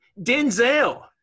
Denzel